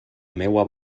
meua